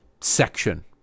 section